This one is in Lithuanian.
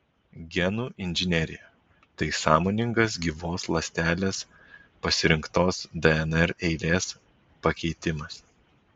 genų inžinerija tai sąmoningas gyvos ląstelės pasirinktos dnr eilės pakeitimas